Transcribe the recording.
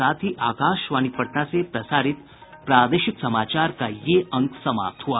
इसके साथ ही आकाशवाणी पटना से प्रसारित प्रादेशिक समाचार का ये अंक समाप्त हुआ